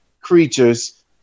creatures